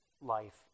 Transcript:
life